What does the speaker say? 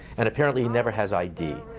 and apparently he never has id.